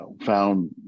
found